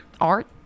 art